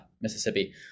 mississippi